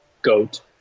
Goat